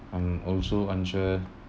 I'm also unsure